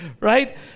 Right